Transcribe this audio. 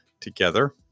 together